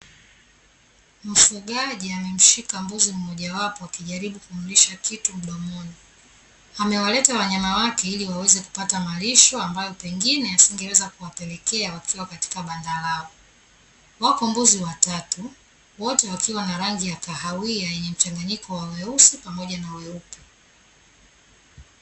Mfugaji amemshika mbuzi mmoja wapo akijaribu kumlisha kitu mdomoni. Amewaleta wanyama wake ili waweze kupata malisho, ambayo pengine asingeweza kuwapelekea wakiwa katika banda lao. Wako mbuzi watatu wote wakiwa na rangi ya kahawia yenye mchanganyiko wa weusi pamoja na weupe.